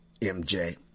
mj